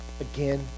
again